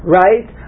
right